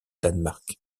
danemark